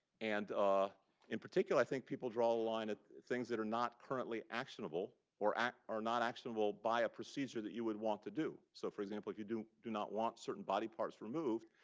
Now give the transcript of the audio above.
and ah in particular, i think people draw the line at things that are not currently actionable, or are not actionable by a procedure that you would want to do. so for example, if you do do not want certain body parts removed,